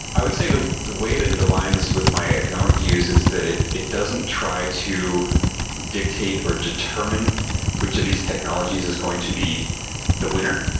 i would say the the way that it aligns with my economic views is that it it doesn't try to dictate or determine which of these technologies is going to be the winner.